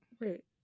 Wait